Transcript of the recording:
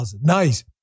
Nice